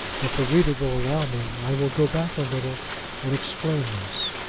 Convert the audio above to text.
if the reader will allow me, i will go back a little and explain this.